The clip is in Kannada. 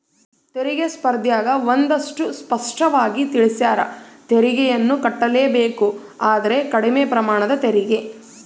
ತೆರಿಗೆ ಸ್ಪರ್ದ್ಯಗ ಒಂದಷ್ಟು ಸ್ಪಷ್ಟವಾಗಿ ತಿಳಿಸ್ಯಾರ, ತೆರಿಗೆಯನ್ನು ಕಟ್ಟಲೇಬೇಕು ಆದರೆ ಕಡಿಮೆ ಪ್ರಮಾಣದ ತೆರಿಗೆ